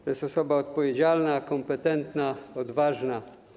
To jest osoba odpowiedzialna, kompetentna, odważna.